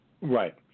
Right